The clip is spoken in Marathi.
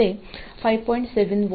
7V असेल